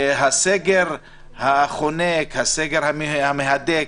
הסגר החונק, הסגר המהדק,